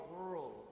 world